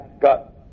got